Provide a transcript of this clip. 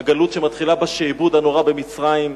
הגלות שמתחילה בשעבוד הנורא במצרים,